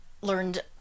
learned